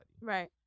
Right